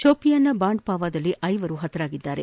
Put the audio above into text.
ಶೋಪಿಯಾನ್ನ ಬಂಡಪಾವದಲ್ಲಿ ಐವರು ಪತರಾಗಿದ್ದಾರೆ